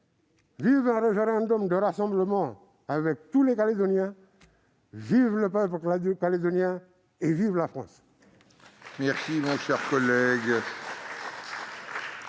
vive un référendum de rassemblement avec tous les Calédoniens, vive le peuple calédonien, vive la France